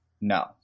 no